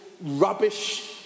rubbish